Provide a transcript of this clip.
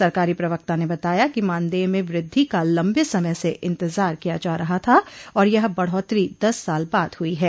सरकारी प्रवक्ता ने बताया कि मानदेय में वृद्धि का लम्बे समय से इंतजार किया जा रहा था और यह बढ़ोत्तरी दस साल बाद हुई है